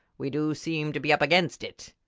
we do seem to be up against it!